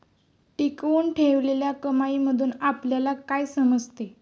टिकवून ठेवलेल्या कमाईमधून आपल्याला काय समजते?